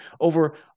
over